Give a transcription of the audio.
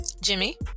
Jimmy